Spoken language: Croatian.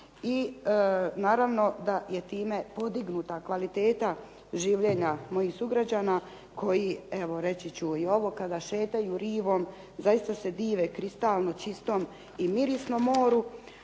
I naravno da je time podignuta kvaliteta življenja mojih sugrađana koji reći ću evo i ovo, kada šetaju rivom zaista se dive kristalno čistom i mirisnom moru,